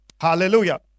Hallelujah